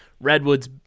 Redwoods